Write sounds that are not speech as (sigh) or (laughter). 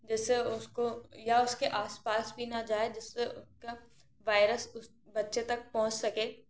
जिससे उसको या उसके आसपास भी ना जाए जिससे (unintelligible) वायरस उस बच्चे तक पहुँच सके